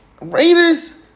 Raiders